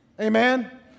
Amen